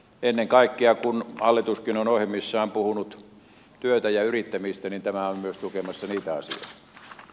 ennen kaikkea kun hallituskin on ohjelmassaan puhunut työstä ja yrittämisestä niin tämä on myös tukemassa niitä asioita